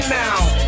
now